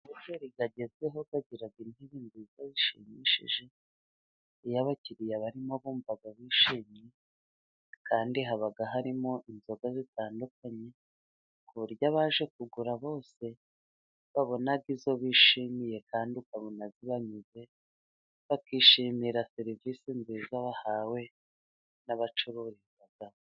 Amahoteri agezweho agira indimbo zishimishije, iyo abakiriya barimo bumvaga bishimye, kandi haba harimo inzoga zitandukanye, ku buryo abaje kugura bose, babona izo bishimiye kandi ukabona zibanyuze, bakishimira serivisi nziza bahawe n'abacururizamo.